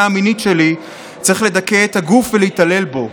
המינית שלי צריך לדכא את הגוף ולהתעלל בו.